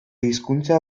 hizkuntza